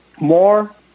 more